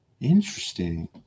Interesting